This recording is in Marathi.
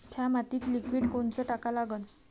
थ्या मातीत लिक्विड कोनचं टाका लागन?